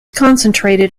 concentrated